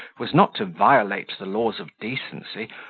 was not to violate the laws of decency,